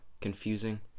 confusing